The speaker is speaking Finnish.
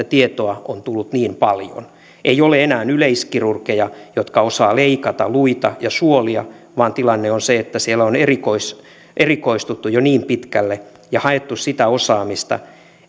tietoa on tullut niin paljon ei ole enää yleiskirurgeja jotka osaavat leikata luita ja suolia vaan tilanne on se että siellä on erikoistuttu jo niin pitkälle ja haettu sitä osaamista